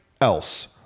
Else